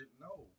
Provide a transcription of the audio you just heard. No